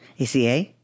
ACA